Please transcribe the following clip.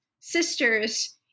sisters